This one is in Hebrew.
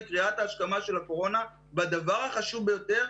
קריאת ההשכמה של הקורונה בדבר החשוב ביותר,